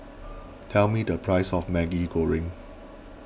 tell me the price of Maggi Goreng